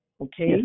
okay